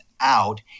out